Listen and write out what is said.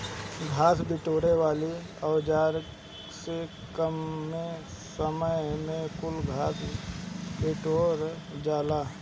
घास बिटोरे वाली औज़ार से कमे समय में कुल घास बिटूरा जाला